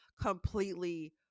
completely